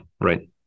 right